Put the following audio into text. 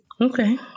okay